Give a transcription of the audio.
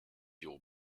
your